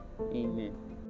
amen